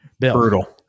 Brutal